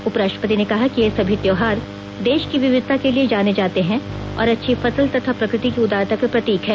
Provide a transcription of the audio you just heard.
उपराष्ट्पति ने कहा कि ये सभी त्योहार देश की विविधता के लिए जाने जाते हैं और अच्छी् फसल तथा प्रकृति की उदारता के प्रतीक हैं